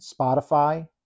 Spotify